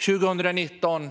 År 2019